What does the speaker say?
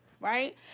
right